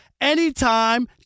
anytime